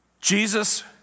Jesus